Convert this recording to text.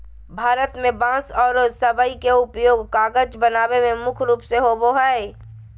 भारत में बांस आरो सबई के उपयोग कागज बनावे में मुख्य रूप से होबो हई